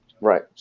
Right